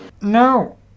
no